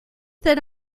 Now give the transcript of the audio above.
that